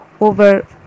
over